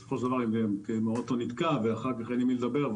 אם האוטו נתקע ואין עם מי לדבר,